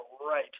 right